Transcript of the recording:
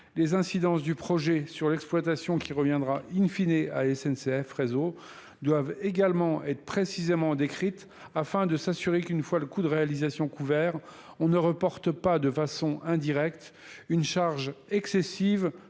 les incidences du projet sur l'exploitation qui reviendra in fine à la N c f réseau, doivent également être précisément décrites afin de s'assurer qu'une fois le coût de réalisation couvert. on ne reporte pas de façon indirecte, une charge excessive